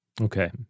Okay